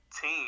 team